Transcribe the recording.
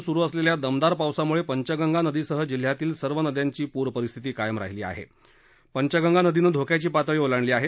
गेल्या दहा दिवसांपासून सुरु असेल्या दमदार पावसामुळे पंचगंगा नदीसह जिल्ह्यातील सर्व नद्यांची पूर परिस्थिती कायम राहिली आहे पंचगंगा नदीनं धोक्याची पातळी ओलांडली आहे